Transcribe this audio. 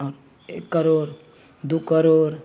आओर एक करोड़ दुइ करोड़